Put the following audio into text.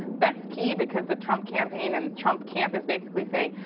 that's key because the trump campaign and trump campus basically say,